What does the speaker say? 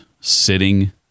sitting